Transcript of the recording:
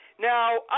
Now